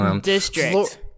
District